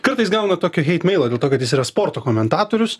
kartais gauna tokio heit meilo dėl to kad jis yra sporto komentatorius